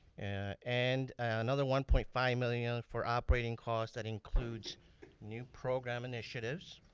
and another one point five million for operating costs that includes new program initiatives,